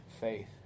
faith